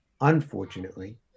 unfortunately